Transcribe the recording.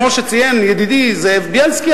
כמו שציין ידידי זאב בילסקי,